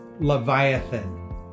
leviathan